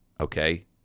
Okay